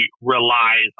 relies